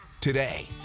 today